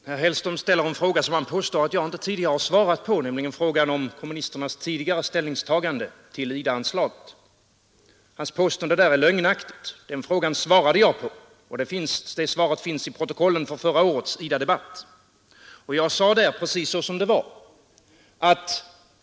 Herr talman! Herr Hellström ställer en fråga som han påstår att jag inte har svarat på och som gäller kommunisternas tidigare ställningstagande till IDA-anslaget. Hans påstående därvidlag är felaktigt. Den frågan svarade jag på, och det svaret finns i protokollet från förra årets IDA-debatt. Jag sade där precis som det var.